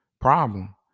problem